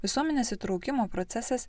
visuomenės įtraukimo procesas